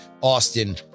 Austin